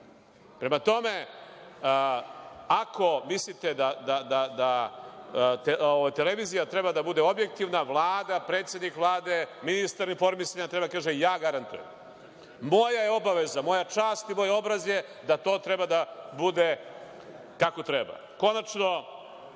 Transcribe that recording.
Prema tome, ako mislite da televizija treba da bude objektivna, Vlada, predsednik Vlade, ministar informisanja treba da kaže – ja garantujem, moja je obaveza, moja čast i moj obraz je da to treba da bude kako treba. Konačno,